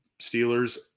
Steelers